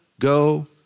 go